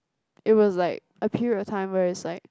it was like a period of time where is like